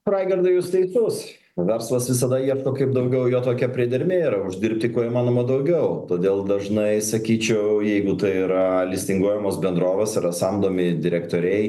raigardai jūs teisus verslas visada ieško kaip daugiau jo tokia priedermė yra uždirbti kuo įmanoma daugiau todėl dažnai sakyčiau jeigu tai yra listinguojamos bendrovės yra samdomi direktoriai